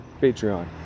Patreon